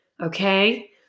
Okay